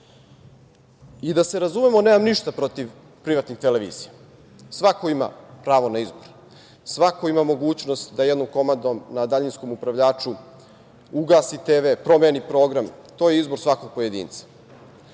se razumemo, nemam ništa protiv privatnih televizija. Svako ima pravo na izbor. Svako ima mogućnost da jednom komandom na daljinskom upravljaču ugasi TV, promeni program. To je izbor svakog pojedinca.